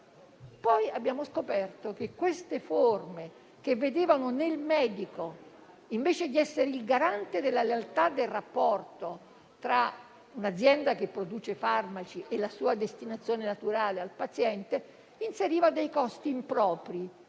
Poi abbiamo scoperto che queste forme, invece di vedere nel medico il garante della lealtà del rapporto tra un'azienda che produce farmaci e la sua destinazione naturale al paziente, inserivano dei costi impropri,